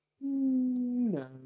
No